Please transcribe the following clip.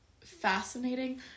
fascinating